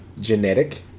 Genetic